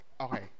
Okay